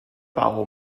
bowel